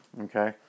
okay